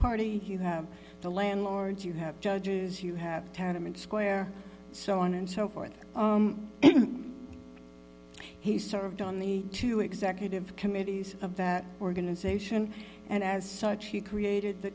party you have the landlords you have judges you have tournaments square so on and so forth he served on the two executive committees of that organization and as such he created